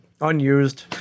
unused